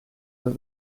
that